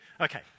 Okay